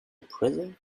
president